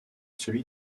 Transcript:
celui